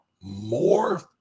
more